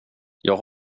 jag